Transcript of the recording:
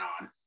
on